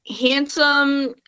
Handsome